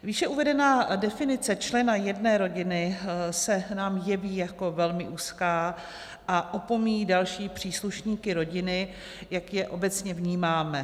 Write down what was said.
Výše uvedená definice člena jedné rodiny se nám jeví jako velmi úzká a opomíjí další příslušníky rodiny, jak je obecně vnímáme.